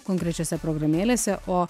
konkrečiose programėlėse o